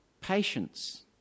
patience